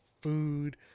food